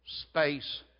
space